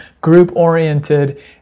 group-oriented